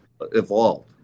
evolved